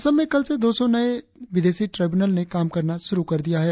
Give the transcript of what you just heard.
असम में कल से दो सौ नए विदेशी ट्रिब्यूनल ने काम करना शुरु कर दिया है